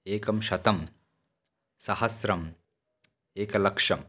एकं शतं सहस्रम् एकलक्षम्